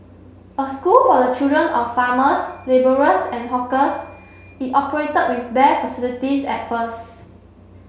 a school for the children of farmers labourers and hawkers it operated with bare facilities at first